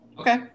Okay